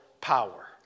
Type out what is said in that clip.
power